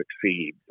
succeed